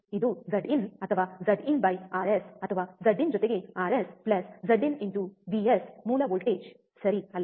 ಇದು Z in ಅಥವಾ Z in RS ಅಥವಾ ಝಡ್ ಇನ್ ಜೊತೆಗೆ ಆರ್ಎಸ್ ಝಡ್ ಇನ್ ವಿಎಸ್ ಮೂಲ ವೋಲ್ಟೇಜ್ಸರಿ ಅಲ್ಲವಾ